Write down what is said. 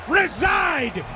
reside